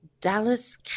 Dallas